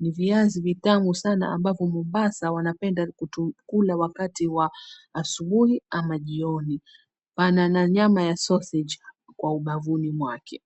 Ni viazi vitamu sana ambavyo watu wa mombasa hupenda kula wakati wa asubuhi ama jioni . Pana na nyama ya sausage kwa ubavuni mwake.